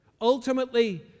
Ultimately